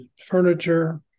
furniture